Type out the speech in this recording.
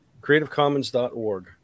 creativecommons.org